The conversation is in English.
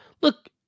Look